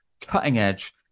cutting-edge